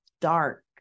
dark